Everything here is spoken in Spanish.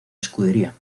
escudería